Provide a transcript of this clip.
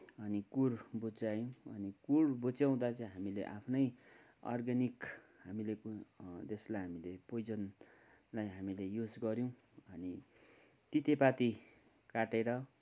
अनि कुर बुच्च्यायौँ कुर बुच्च्याउँदा चाहिँ हामीले आफ्नै अर्ग्यानिक हामीले त्यो त्यसलाई पोइजनलाई हामीले युज गऱ्यौँ अनि तितेपाती काटेर